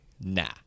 nah